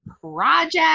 Project